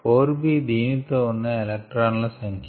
4b దీనితో ఉన్న electron ల సంఖ్య